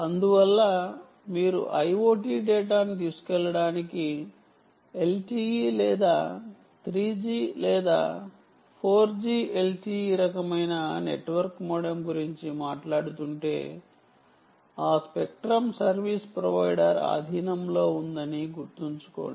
అందువల్ల మీరు IoT డేటాను తీసుకువెళ్ళడానికి LTE లేదా 3G లేదా 4G LTE రకమైన నెట్వర్క్ మోడెమ్ గురించి మాట్లాడుతుంటే ఆ స్స్పెక్ట్రం సర్వీస్ ప్రొవైడర్ ఆధీనంలో ఉంది అని గుర్తుంచుకోండి